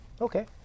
Okay